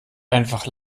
einfach